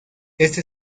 esta